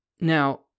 now